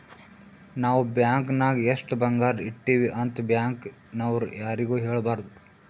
ನಾವ್ ಬ್ಯಾಂಕ್ ನಾಗ್ ಎಷ್ಟ ಬಂಗಾರ ಇಟ್ಟಿವಿ ಅಂತ್ ಬ್ಯಾಂಕ್ ನವ್ರು ಯಾರಿಗೂ ಹೇಳಬಾರ್ದು